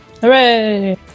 Hooray